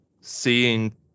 seeing